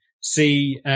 see